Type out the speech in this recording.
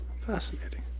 Fascinating